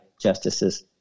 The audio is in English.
Justices